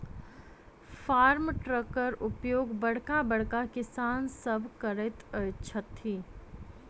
farm ट्रकक उपयोग बड़का बड़का किसान सभ करैत छथि